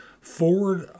forward